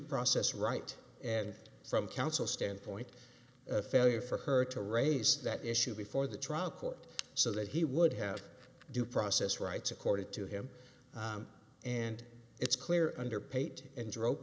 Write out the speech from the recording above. process right and from counsel standpoint a failure for her to raise that issue before the trial court so that he would have due process rights accorded to him and it's clear under pate and dro